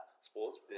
sports